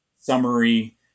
summary